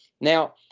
Now